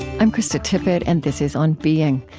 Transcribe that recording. i'm krista tippett, and this is on being,